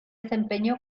desempeñó